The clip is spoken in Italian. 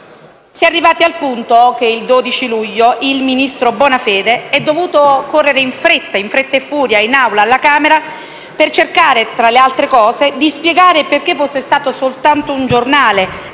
Si è arrivati al punto che il 12 luglio il ministro Bonafede è dovuto correre in fretta e furia in Aula alla Camera per cercare, tra le altre cose, di spiegare perché fosse stato soltanto un giornale